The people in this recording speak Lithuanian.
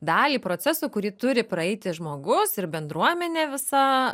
dalį procesų kurį turi praeiti žmogus ir bendruomenė visa